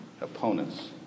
opponent's